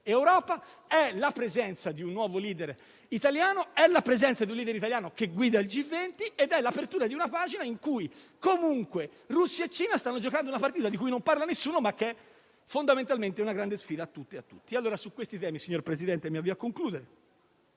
Europa; è la presenza di un nuovo *leader* italiano; è la presenza di un *leader* italiano che guida il G20 ed è l'apertura di una pagina in cui, comunque, Russia e Cina stanno giocando una partita, di cui non parla nessuno, ma che, fondamentalmente, è una grande sfida a tutto e a tutti. Su questi temi, signor Presidente, oltre